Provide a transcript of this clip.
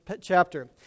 chapter